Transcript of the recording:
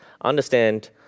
understand